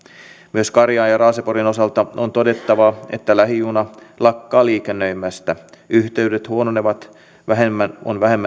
myös karjaan ja raaseporin osalta on todettava että lähijuna lakkaa liikennöimästä yhteydet huononevat on vähemmän